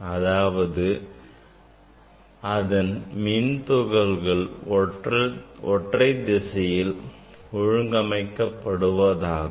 அதாவது அதன் மின் துகள்கள் ஒற்றைத் திசையில் ஒழுங்கமைக்கப்படுவதாகும்